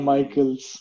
Michaels